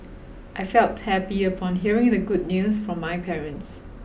I felt happy upon hearing the good news from my parents